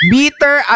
Beater